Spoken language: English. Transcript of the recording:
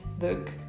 look